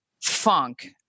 funk